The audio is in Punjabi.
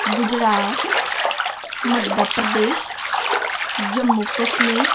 ਗੁਜਰਾਤ ਮੱਧ ਪ੍ਰਦੇਸ਼ ਜੰਮੂ ਕਸ਼ਮੀਰ